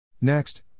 Next